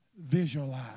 Visualize